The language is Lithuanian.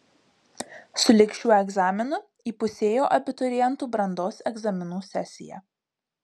su lig šiuo egzaminu įpusėjo abiturientų brandos egzaminų sesija